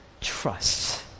trust